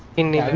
in the